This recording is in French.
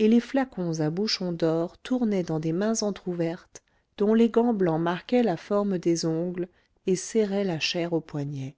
et les flacons à bouchon d'or tournaient dans des mains entrouvertes dont les gants blancs marquaient la forme des ongles et serraient la chair au poignet